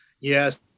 Yes